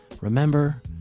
Remember